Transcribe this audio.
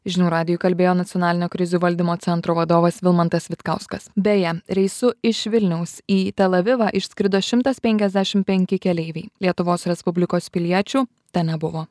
žinių radijui kalbėjo nacionalinio krizių valdymo centro vadovas vilmantas vitkauskas beje reisu iš vilniaus į tel avivą išskrido šimtas penkiasdešim penki keleiviai lietuvos respublikos piliečių ten nebuvo